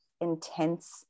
intense